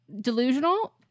Delusional